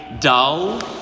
dull